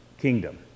kingdom